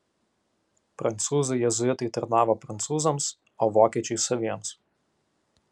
prancūzai jėzuitai tarnavo prancūzams o vokiečiai saviems